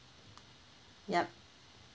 yup